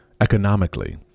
economically